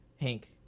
Hank